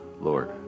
Lord